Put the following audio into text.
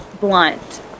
blunt